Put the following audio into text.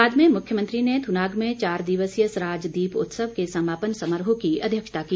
बाद में मुख्यमंत्री ने थुनाग में चार दिवसीय सराज दीप उत्सव के समापन समारोह की अध्यक्षता की